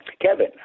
Kevin